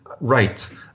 Right